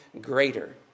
greater